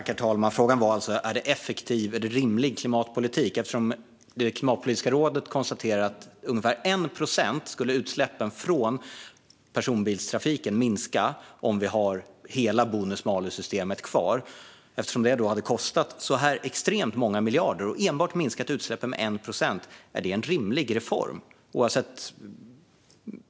Herr talman! Frågan var alltså om detta är effektiv eller rimlig klimatpolitik eftersom Klimatpolitiska rådet konstaterar att utsläppen från personbilstrafiken skulle minska med ungefär 1 procent om vi hade haft hela bonus malus-systemet kvar. Det hade kostat så här extremt många miljarder och minskat utsläppen med enbart 1 procent. Är det en rimlig reform?